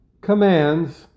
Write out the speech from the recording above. commands